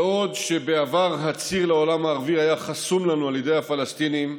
בעוד שבעבר הציר לעולם הערבי היה חסום לנו על ידי הפלסטינים,